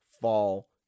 fall